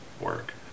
work